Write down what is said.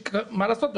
ומה לעשות,